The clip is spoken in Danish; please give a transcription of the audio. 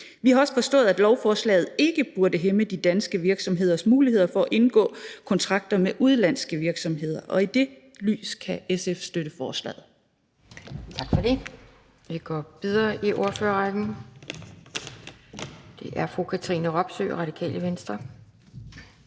Vi har også forstået, at lovforslaget ikke burde hæmme de danske virksomheders muligheder for at indgå kontrakter med udenlandske virksomheder, og i det lys kan SF støtte forslaget.